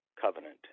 covenant